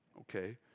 okay